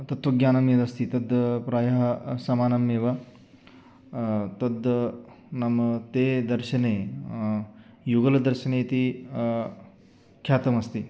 तत्त्वज्ञानं यतस्ति तद् प्रायः समानमेव तद् नाम ते दर्शने युगलदर्शनेति ख्यातमस्ति